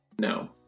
No